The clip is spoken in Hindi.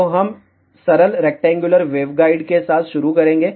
तो हम सरल रेक्टेंगुलर वेवगाइड के साथ शुरू करेंगे